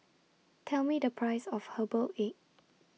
Tell Me The Price of Herbal Egg